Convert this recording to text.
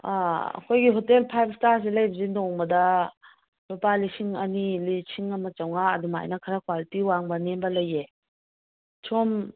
ꯑꯥ ꯑꯩꯈꯣꯏꯒꯤ ꯍꯣꯇꯦꯜ ꯐꯥꯏꯞꯁꯦ ꯂꯩꯕꯁꯦ ꯅꯣꯡꯃꯗ ꯂꯨꯄꯥ ꯂꯤꯁꯤꯡ ꯑꯅꯤ ꯂꯤꯁꯤꯡ ꯑꯃ ꯆꯝꯃꯉꯥ ꯑꯗꯨꯃꯥꯏꯅ ꯈꯔ ꯀ꯭ꯋꯥꯂꯤꯇꯤ ꯋꯥꯡꯕ ꯅꯦꯝꯕ ꯂꯩꯌꯦ ꯁꯣꯝ